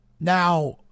now